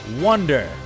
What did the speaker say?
Wonder